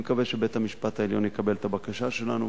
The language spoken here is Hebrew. ואני מקווה שבית-המשפט העליון יקבל את הבקשה שלנו,